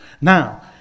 Now